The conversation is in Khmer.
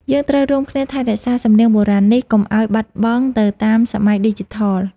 យើងត្រូវរួមគ្នាថែរក្សាសំនៀងបុរាណនេះ កុំឱ្យបាត់បង់ទៅតាមសម័យឌីជីថល។